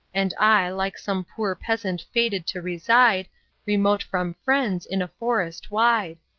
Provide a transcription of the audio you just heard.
and i, like some poor peasant fated to reside remote from friends, in a forest wide.